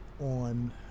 on